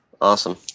Awesome